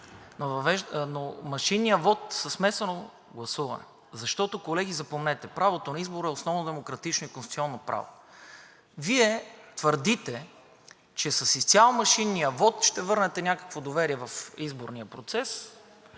но машинният вот със смесено гласуване, защото, колеги, запомнете, правото на избора е основно демократично и конституционно право. Вие твърдите, че с изцяло машинния вот ще върнете някакво доверие в изборния процес,